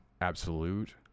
absolute